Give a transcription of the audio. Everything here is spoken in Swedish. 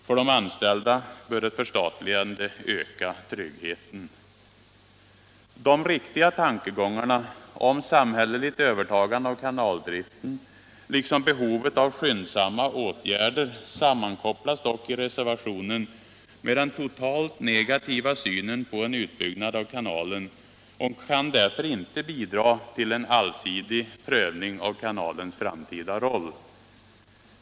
För de anställda bör ett förstatligande öka tryggheten. De riktiga tankegångarna om samhälleligt övertagande av kanaldriften liksom behovet av skyndsamma åtgärder sammankopplas dock i reservationen med den totalt negativa synen på en utbyggnad av kanalen och kan därför inte bidra till en allsidig prövning av kanalens framtida roll.